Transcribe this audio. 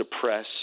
suppress